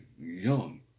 young